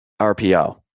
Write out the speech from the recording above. RPO